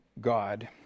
God